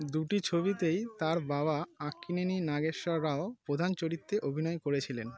দুটি ছবিতেই তার বাবা আক্কিনেনি নাগেশ্বর রাও প্রধান চরিত্রে অভিনয় করেছিলেন